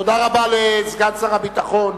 תודה רבה לסגן שר הביטחון,